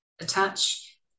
attach